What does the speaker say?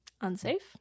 Unsafe